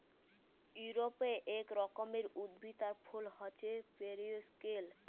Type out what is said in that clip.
ইউরপে এক রকমের উদ্ভিদ আর ফুল হচ্যে পেরিউইঙ্কেল